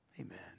Amen